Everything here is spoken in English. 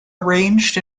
arranged